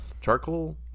charcoal